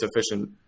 sufficient